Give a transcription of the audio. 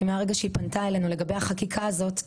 כי מהרגע שהיא פנתה אלינו לגבי החקיקה הזאת,